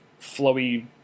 flowy